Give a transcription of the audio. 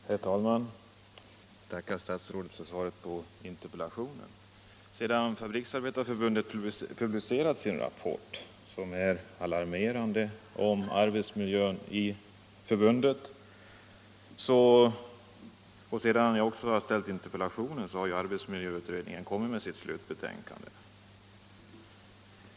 Herr talman! Jag tackar arbetsmarknadsministern för svaret på min Sedan Fabriksarbetareförbundet publicerat sin alarmerande rapport om arbetsmiljön på förbundets arbetsplatser och sedan jag framställt denna interpellation, har arbetsmiljöutredningen kommit med sitt slutbetänkande.